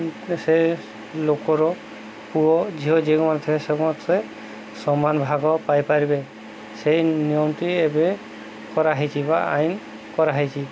ସେ ଲୋକର ପୁଅ ଝିଅ ଯେଉଁମାନେ ଥିବେ ସମାନ ଭାଗ ପାଇପାରିବେ ସେଇ ନିୟମଟି ଏବେ କରାହେଇଛି ବା ଆଇନ କରାହେଇଛି